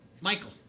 Michael